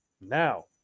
Now